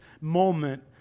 moment